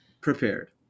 prepared